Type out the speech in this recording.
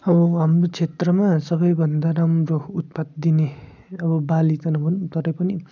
अब हाम्रो क्षेत्रमा सबैभन्दा राम्रो उत्पाद दिने अब बाली त नभनौँ तरै पनि